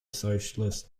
socialist